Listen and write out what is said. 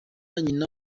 nyina